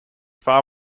far